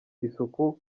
isuku